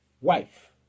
wife